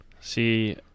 See